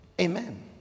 Amen